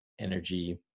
energy